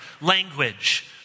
language